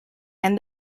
and